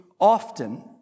often